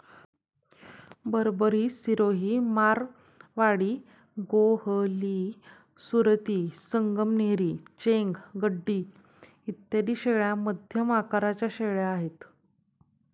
बरबरी, सिरोही, मारवाडी, गोहली, सुरती, संगमनेरी, चेंग, गड्डी इत्यादी शेळ्या मध्यम आकाराच्या शेळ्या आहेत